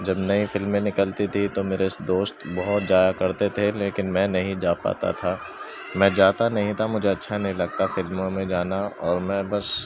جب نئی فلمیں نکلتی تھی تو میرے اس دوست بہت جایا کرتے تھے لیکن میں نہیں جا پاتا تھا میں جاتا نہیں تھا مجھے اچھا نہیں لگتا فلموں میں جانا اور میں بس